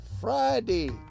Friday